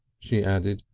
she added.